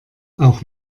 auch